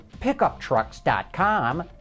PickupTrucks.com